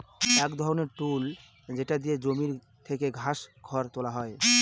এক ধরনের টুল যেটা দিয়ে জমি থেকে ঘাস, খড় তুলা হয়